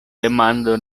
demando